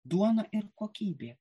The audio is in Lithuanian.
duona ir kokybė